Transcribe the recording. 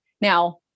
Now